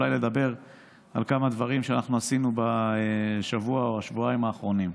אולי לדבר על כמה דברים שאנחנו עשינו בשבוע או השבועיים האחרונים.